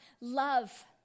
love